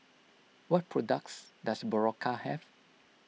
what products does Berocca have